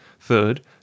Third